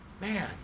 Man